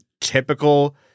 typical